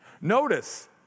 Notice